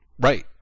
Right